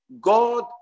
God